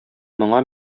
моңа